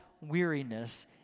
weariness